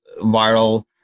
viral